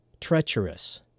treacherous